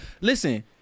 Listen